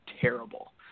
terrible